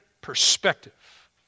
perspective